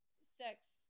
sex